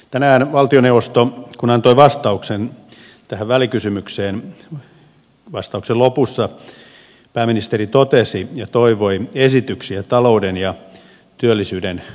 tänään kun valtioneuvosto antoi vastauksen tähän välikysymykseen vastauksen lopussa pääministeri toivoi esityksiä talouden ja työllisyyden kohentamiseen